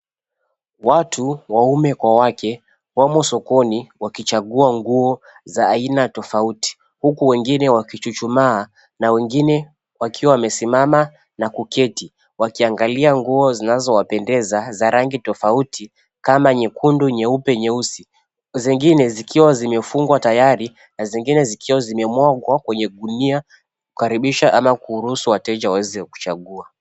Watu, waume kwa wake wamo sokoni wakichagua nguo za aina tofauti huku wengine wakichuchumaa na wengine wakiwa wamesimama na kuketi wakiangalia nguo zinazowapendeza za rangi tofauti kama nyekundu, nyeupe, nyeusi. Zingine zikiwa zimefungwa tayari na zingine zikiwa zimemwagwa kwenye gunia kukaribisha ama kuruhusu wateja waweze kuchagua.